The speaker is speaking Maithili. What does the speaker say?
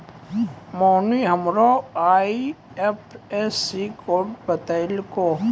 मोहिनी हमरा आई.एफ.एस.सी कोड बतैलकै